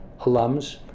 alums